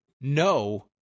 no